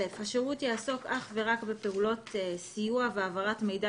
"10.(א)השירות יעסוק אך ורק בפעולות סיוע והעברת מידע